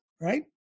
right